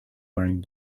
wearing